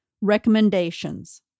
Recommendations